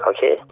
Okay